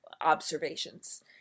observations